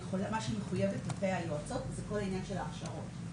מה שהיא מחויבת כלפי היועצות זה כל העניין של ההכשרות.